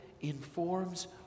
informs